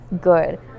good